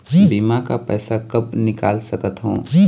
बीमा का पैसा कब निकाल सकत हो?